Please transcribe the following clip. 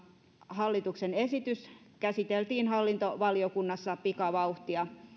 hallituksen esitys käsiteltiin hallintovaliokunnassa pikavauhtia